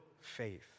faith